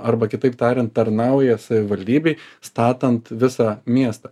arba kitaip tariant tarnauja savivaldybei statant visą miestą